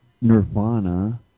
Nirvana